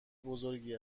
بزرگی